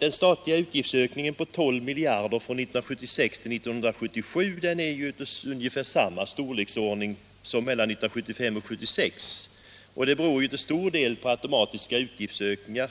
Den statliga utgiftsökningen på 12 miljarder från 1976 till 1977 är av ungefär samma storleksordning som mellan 1975 och 1976, och den beror ju till stor del på automatiska kostnadsökningar